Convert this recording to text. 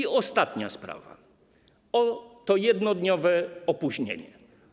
I ostatnia sprawa to jednodniowe opóźnienie.